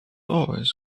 always